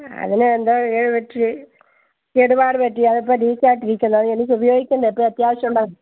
അതിനെന്തോ ഒരു കേടുപാടും പറ്റി അതിപ്പോൾ ലീക്ക് ആയിട്ടിരിക്കുന്നു അത് എനിക്ക് ഉപയോഗിക്കേണ്ട ഇപ്പോൾ അത്യാവശ്യം ഉണ്ടായിരുന്നു